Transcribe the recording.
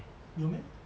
有 meh